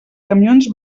camions